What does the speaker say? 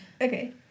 okay